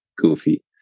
goofy